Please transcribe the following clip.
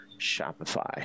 Shopify